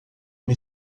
uma